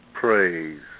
praise